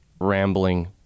rambling